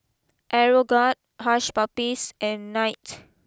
Aeroguard Hush Puppies and Knight